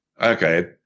Okay